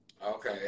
Okay